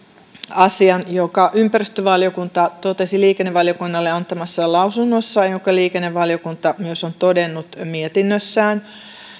asian jonka ympäristövaliokunta totesi liikennevaliokunnalle antamassaan lausunnossa jonka liikennevaliokunta myös on todennut mietinnössään